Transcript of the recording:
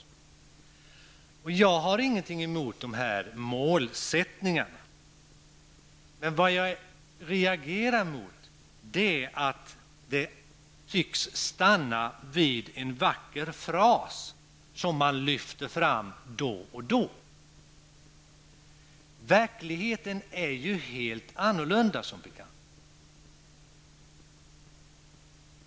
Jag har ingenting emot dessa målsättningar. Vad jag reagerar mot är att det tycks stanna vid en vacker fras som man lyfter fram då och då. Verkligheten är ju som bekant helt annorlunda.